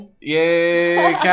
Yay